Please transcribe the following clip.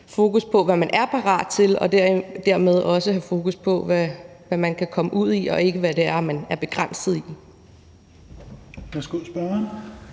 fokus på, hvad man er parat til, og dermed også have fokus på, hvad man kan komme ud i, og ikke, hvad man er begrænset i.